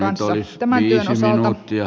tämän työn osalta